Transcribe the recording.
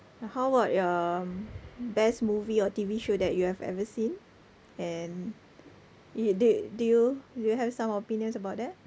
uh how about your best movie or T_V show that you have ever seen and it do do you do you have some opinions about that